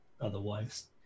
otherwise